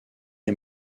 est